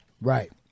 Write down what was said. Right